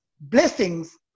Blessings